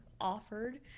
offered